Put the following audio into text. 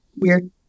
weird